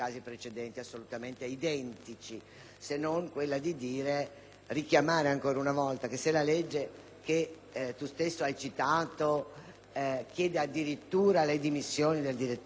richiamare ancora una volta che se la legge che lo stesso senatore Sarro ha citato chiede addirittura le dimissioni del direttore per un giornalista che è quello che esprime